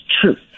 truth